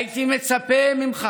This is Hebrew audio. הייתי מצפה ממך